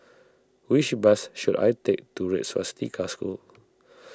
which bus should I take to Red Swastika School